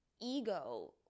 ego